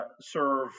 serve